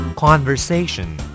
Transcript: Conversation